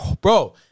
bro